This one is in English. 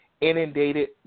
inundated